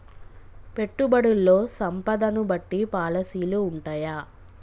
పెట్టుబడుల్లో సంపదను బట్టి పాలసీలు ఉంటయా?